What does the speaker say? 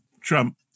Trump